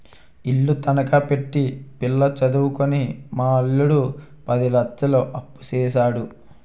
ఇల్లు తనఖా పెట్టి పిల్ల సదువుకని మా అల్లుడు పది లచ్చలు అప్పుసేసాడు